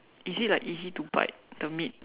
is it like easy to bite the meat